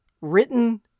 written